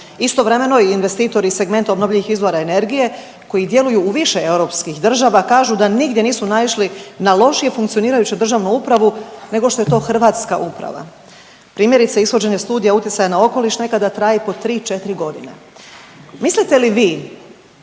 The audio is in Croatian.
Istovremeno i investitor i segment obnovljivih izvora energije koji djeluju u više europskih država kažu na nigdje nisu naišli na lošije funkcionirajuću državnu upravu nego što je to hrvatska uprava. Primjerice ishođenje studija utjecaja na okoliš nekada traje i po 3, 4 godine. Mislite li vi